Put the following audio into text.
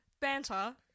Banter